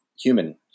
human